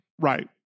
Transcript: right